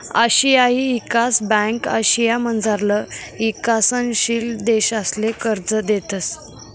आशियाई ईकास ब्यांक आशियामझारला ईकसनशील देशसले कर्ज देतंस